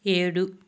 ఏడు